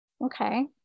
Okay